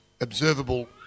observable